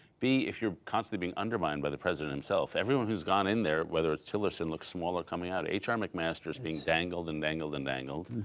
b, if you're constantly being undermined by the president himself. everyone who has gone in there, whether it's tillerson, looks smaller coming out. h r. mcmaster is being dangled and dangled and dangled.